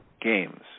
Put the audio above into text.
games